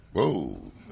Whoa